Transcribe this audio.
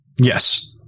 Yes